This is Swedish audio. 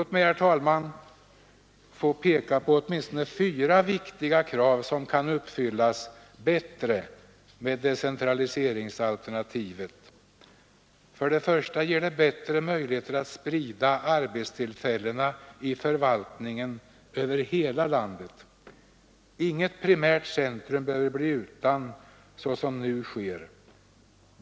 Låt mig, herr talman, få peka på åtminstone fyra viktiga krav som kan uppfyllas bättre med decentraliseringsalternativet : För det första ger det bättre möjligheter att sprida arbetstillfällena i förvaltningen över hela landet. Inget primärt centrum behöver bli utan, såsom nu sker.